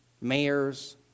mayors